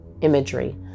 imagery